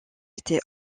était